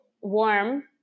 warm